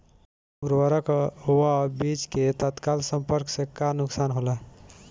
उर्वरक व बीज के तत्काल संपर्क से का नुकसान होला?